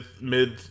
mid